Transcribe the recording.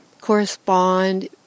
correspond